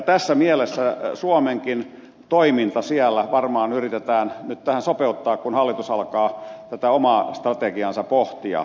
tässä mielessä suomenkin toiminta siellä varmaan yritetään nyt tähän sopeuttaa kun hallitus alkaa tätä omaa strategiaansa pohtia